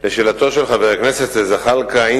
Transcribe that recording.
לשאלתו של חבר הכנסת זחאלקה,